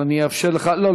לא לא,